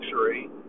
luxury